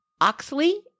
Oxley